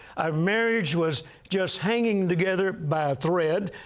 our marriage was just hanging together by a thread,